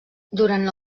durant